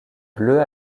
bleu